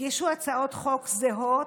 הגישו הצעות חוק זהות,